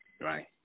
right